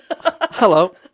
Hello